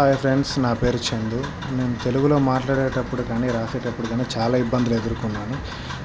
high friends నా పేరు చందు నేను తెలుగులో మాట్లాడేటప్పుడు నీ వ్రాసేటప్పుడు కానీ చాలా ఇబ్బందులు ఎదురుకొన్నాను